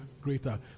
greater